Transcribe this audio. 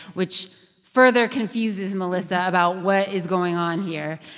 which further confuses melissa about what is going on here.